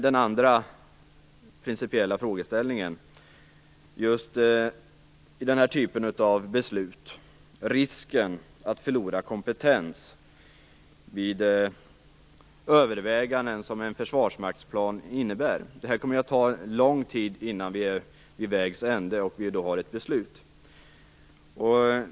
Den andra pricipiella frågeställningen vid de överväganden som en försvarsmaktsplan innebär gäller risken att förlora kompetens. Det kommer att ta lång tid innan vi är vid vägs ände och har ett beslut.